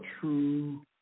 true